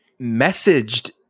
messaged